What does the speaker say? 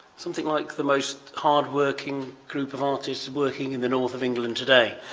something like the most hardworking group of artists working in the north of england today,